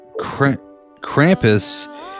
Krampus